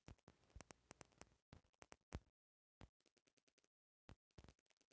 दोसर देश मे गैर सरकारी बैंक ज्यादे चलेला